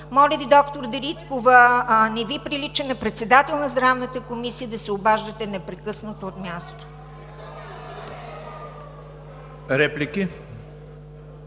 Моля Ви, доктор Дариткова, не Ви прилича на председател на Здравната комисия да се обаждате непрекъснато от място! (Шум и